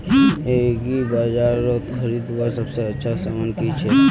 एग्रीबाजारोत खरीदवार सबसे अच्छा सामान की छे?